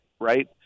right